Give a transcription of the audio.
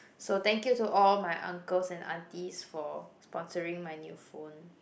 so thank you to all my uncles and aunties for sponsoring my new phone